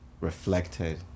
reflected